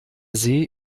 see